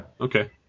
Okay